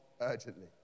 urgently